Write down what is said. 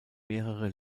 mehrere